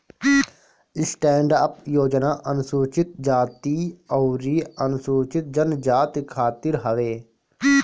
stand up योजना अनुसूचित जाती अउरी अनुसूचित जनजाति खातिर हवे